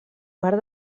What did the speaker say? part